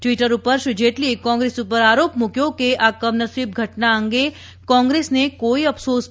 Twitter પર શ્રી જેટલીએ કોંગ્રેસ પર આરોપ મૂક્યો કે આ કમનસીબ ઘટના અંગે કોંગ્રેસને કોઇ અફસોસ પણ નથી